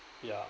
ya